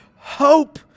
hope